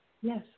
Yes